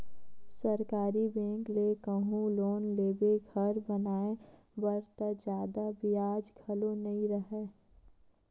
सरकारी बेंक ले कहूँ लोन लेबे घर बनाए बर त जादा बियाज घलो नइ राहय